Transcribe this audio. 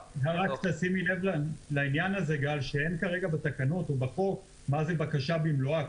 שימי לב שאין כרגע בתקנות או בחוק מה זה בקשה במלואה,